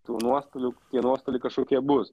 tų nuostolių ir nuostoliai kažkokie bus